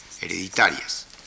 hereditarias